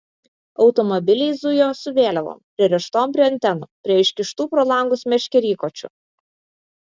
automobiliai zujo su vėliavom pririštom prie antenų prie iškištų pro langus meškerykočių